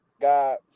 God